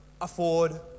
afford